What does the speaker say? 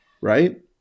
right